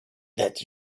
that